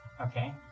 Okay